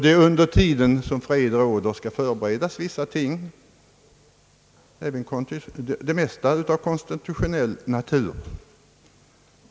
Även under tid då fred råder skall ju vissa ting förberedas, mest av konstitutionell natur.